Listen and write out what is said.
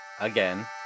again